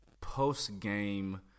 post-game